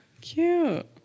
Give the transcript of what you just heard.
Cute